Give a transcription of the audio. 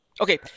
Okay